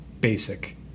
basic